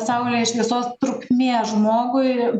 saulės šviesos trukmė žmogui